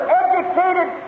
educated